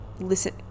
listen